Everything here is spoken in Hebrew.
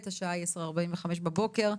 השעה היא 10:45 בבוקר.